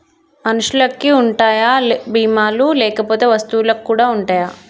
మనుషులకి ఉంటాయా బీమా లు లేకపోతే వస్తువులకు కూడా ఉంటయా?